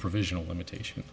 provisional limitation